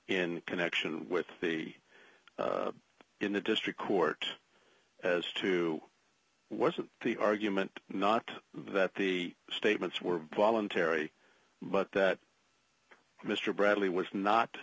in connection with the in the district court as to wasn't the argument not that the statements were voluntary but that mr bradley was not